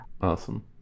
Awesome